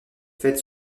faite